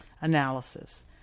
Analysis